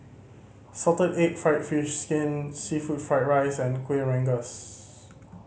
salted egg fried fish skin seafood fried rice and Kuih Rengas